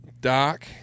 Doc